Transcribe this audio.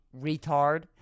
retard